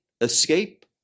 escape